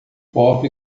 pobre